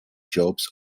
jobs